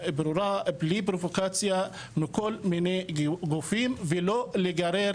ברורה בלי פרובוקציה מכל מיני גופים ולא להיגרר